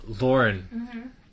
Lauren